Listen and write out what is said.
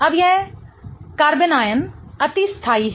अब यह कार्बनियन अति स्थाई है